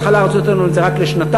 בהתחלה רצו לתת לנו את זה רק לשנתיים,